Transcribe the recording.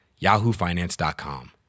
yahoofinance.com